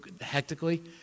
hectically